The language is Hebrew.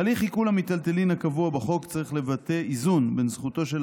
הליך עיקול המיטלטלין הקבוע בחוק צריך לבטא איזון בין זכותו של